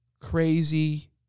crazy